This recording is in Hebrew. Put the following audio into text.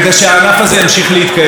תודות לחוק הקולנוע,